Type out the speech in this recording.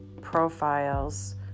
profiles